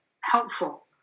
helpful